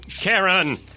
Karen